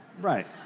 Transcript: Right